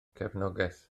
cefnogaeth